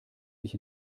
sich